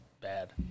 bad